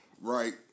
right